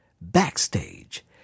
backstage